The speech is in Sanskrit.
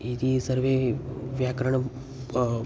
इति सर्वे व्याकरणं